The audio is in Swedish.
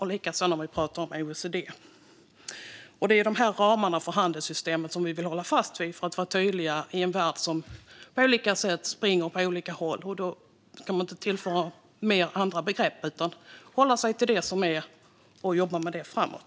Det är de här ramarna för handelssystemet som vi vill hålla fast vid, för att vara tydliga i en värld som på olika sätt springer åt olika håll. Då ska man inte tillföra fler begrepp utan hålla sig till det som är, och jobba med det framåt.